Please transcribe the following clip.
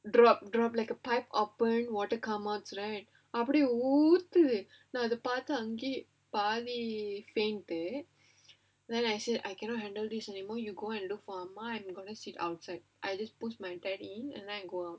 drop drop like a pipe open water come out right அப்படியே ஊ ஊ ஊத்துது நான் அத பாத்து அங்கயே:appadiyae oo oo oothuthu naan atha paathu angayae fainted then I say I cannot handle this anymore you go and look for ஆமா:aamaa I gonna sit outside I just pushed my daddy in and then I go out